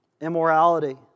Immorality